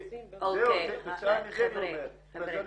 מזלי